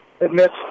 admits